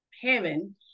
heaven